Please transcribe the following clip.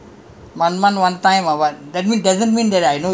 your brothers or your father also I visit yes